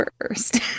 first